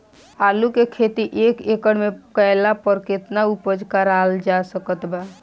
आलू के खेती एक एकड़ मे कैला पर केतना उपज कराल जा सकत बा?